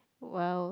well